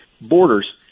borders